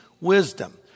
wisdom